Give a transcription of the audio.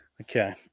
Okay